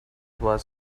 was